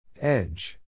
Edge